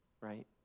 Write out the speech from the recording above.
right